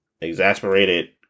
exasperated